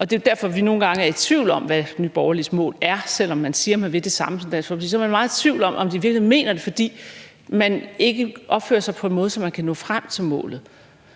Det er derfor, vi nogle gange er i tvivl om, hvad Nye Borgerliges mål er, selv om de siger, at de vil det samme som Dansk Folkeparti. Så vi er meget i tvivl om, om de virkelig mener det, for de opfører sig ikke på en måde, så de kan nå frem til målet.